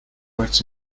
hurts